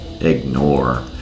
ignore